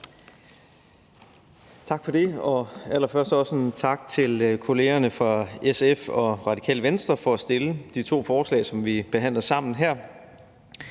Tak for det. Allerførst vil jeg også sige tak til kollegerne fra SF og Radikale Venstre for at fremsætte de to forslag, som vi behandler sammen her.